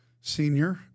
senior